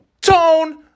Tone